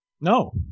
No